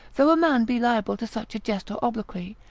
though a man be liable to such a jest or obloquy,